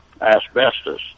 asbestos